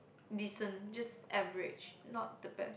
decent just average not the best